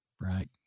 right